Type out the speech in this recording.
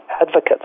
advocates